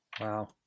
Wow